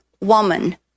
woman